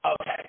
okay